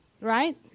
right